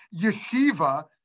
Yeshiva